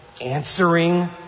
answering